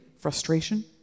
Frustration